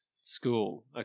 school